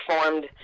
performed